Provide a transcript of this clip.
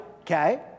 okay